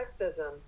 sexism